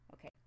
okay